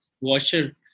washer